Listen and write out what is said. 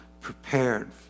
prepared